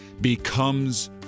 becomes